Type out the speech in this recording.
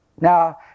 Now